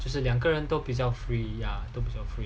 就是两个人都比较 free ya 都比较 free